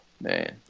man